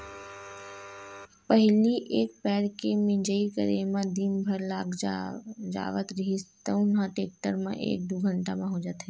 पहिली एक पैर के मिंजई करे म दिन भर लाग जावत रिहिस तउन ह टेक्टर म एक दू घंटा म हो जाथे